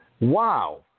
Wow